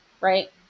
right